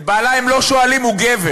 את בעלה הם לא שואלים, הוא גבר.